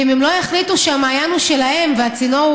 ואם הם לא יחליטו שהמעיין הוא שלהם והצינור הוא